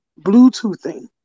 Bluetoothing